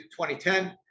2010